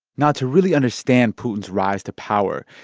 now, to really understand putin's rise to power,